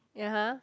(uh huh)